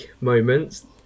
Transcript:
moments